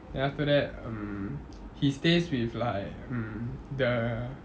then after um he stays with like mm the